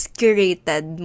curated